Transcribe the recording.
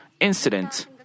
incidents